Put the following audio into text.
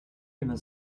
immer